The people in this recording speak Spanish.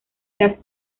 las